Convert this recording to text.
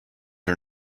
are